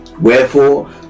Wherefore